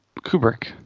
Kubrick